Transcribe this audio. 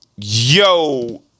Yo